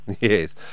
Yes